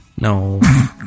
No